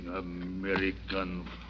American